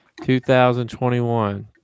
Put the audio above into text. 2021